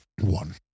One